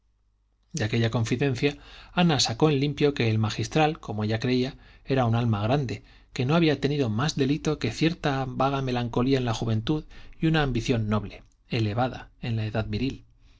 de aquella confidencia ana sacó en limpio que el magistral como ella creía era un alma grande que no había tenido más delito que cierta vaga melancolía en la juventud y una ambición noble elevada en la edad viril